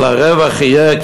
אבל הרווח יהיה,